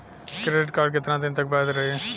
Credit card कितना दिन तक वैध रही?